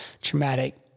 traumatic